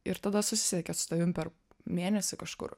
ir tada susisiekia su tavim per mėnesį kažkur